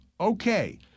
Okay